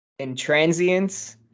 intransience